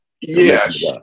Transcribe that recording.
Yes